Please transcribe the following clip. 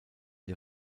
der